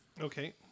Okay